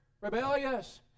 rebellious